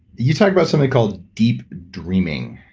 you talked about something called deep dreaming.